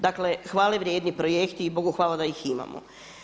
Dakle, hvale vrijedni projekti i Bogu hvala da ih imamo.